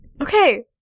Okay